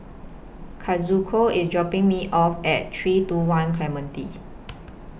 Kazuko IS dropping Me off At three two one Clementi